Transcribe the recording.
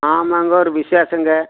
ஆமாங்க ஒரு விசேஷங்க